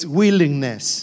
willingness